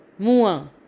Mua